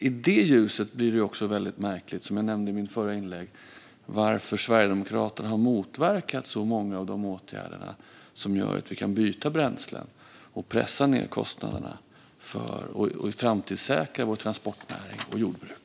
I detta ljus blir det också väldigt märkligt, som jag nämnde i mitt förra inlägg, att Sverigedemokraterna har motverkat så många av de åtgärder som gör att vi kan byta bränslen, pressa ned kostnaderna och framtidssäkra vår transportnäring och vårt jordbruk.